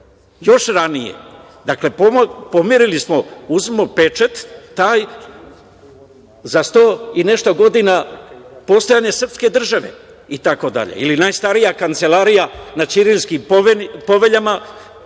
još ranije. Dakle, pomerili smo, uzmemo pečat taj, za sto i nešto godina postojanja srpske države i tako dalje. Ili najstarija kancelarija na ćirilskim poveljama